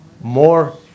more